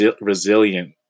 resilient